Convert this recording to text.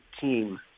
team